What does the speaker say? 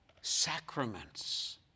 Sacraments